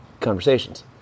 conversations